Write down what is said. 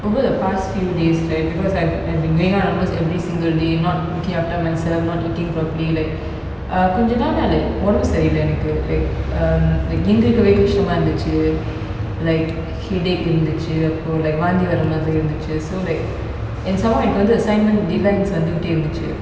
over the past few days right because I I've been going out almost every single day not looking after myself not eating properly like err கொஞ்சநாளா:konja naala like உடம்புசரியில்லஎனக்கு:udambu seri illa enaku like um like எந்திரிக்கவேகஷ்டமாஇருந்துச்சு:enthirukave kastama irunthuchu like headache இருந்துச்சு:irunthuchu like வாந்திவரமாதிரிஇருந்துச்சு:vaanthi vara mathiri irunthuchu so like and some more எனக்குவந்து:enaku vanthu deadlines வந்துட்டேஇருந்துச்சு:vanthute irunthuchu